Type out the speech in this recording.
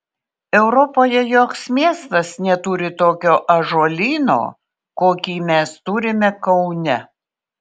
europoje joks miestas neturi tokio ąžuolyno kokį mes turime kaune